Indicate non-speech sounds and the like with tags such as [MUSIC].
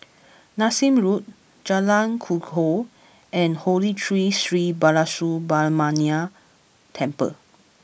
[NOISE] Nassim Road Jalan Kukoh and Holy Tree Sri Balasubramaniar Temple